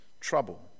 trouble